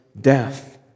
death